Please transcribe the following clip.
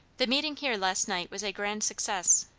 the meeting here last night was a grand success.